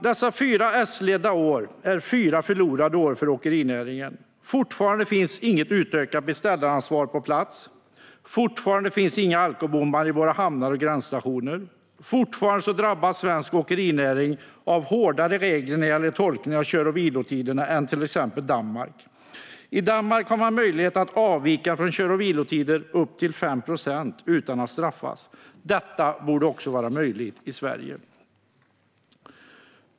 Dessa fyra S-ledda år är fyra förlorade år för åkerinäringen. Fortfarande finns inget utökat beställaransvar på plats. Fortfarande finns inga alkobommar i våra hamnar och gränsstationer. Fortfarande drabbas svensk åkerinäring av en hårdare tolkning av reglerna för kör och vilotider än åkerinäringen i till exempel Danmark. I Danmark har man möjlighet att avvika från kör och vilotider med upp till 5 procent utan att straffas. Detta borde också vara möjligt i Sverige.